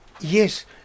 yes